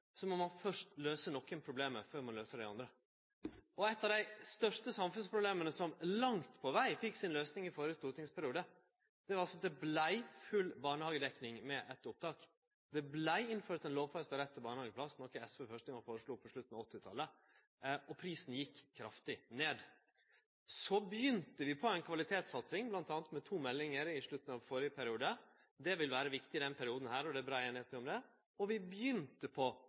må ein først løyse nokre problem før ein løyser dei andre. Eit av dei største samfunnsproblema som langt på veg fekk si løysing i førre stortingsperiode, var altså at det vart full barnehagedekning med eitt opptak. Det vart innført ein lovfesta rett til barnehageplass, noko SV første gongen foreslo på slutten av 1980-talet. Og prisen gjekk kraftig ned. Så begynte vi på ei kvalitetssatsing, bl.a. med to meldingar i slutten av førre periode – det vil vere viktig i denne perioden, og det er brei einigheit om det – og vi begynte på